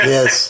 Yes